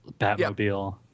Batmobile